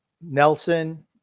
Nelson